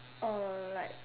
uh like